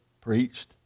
preached